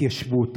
התיישבות,